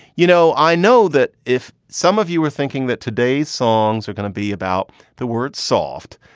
you know, i know that if some of you were thinking that today's songs are going to be about the words soft,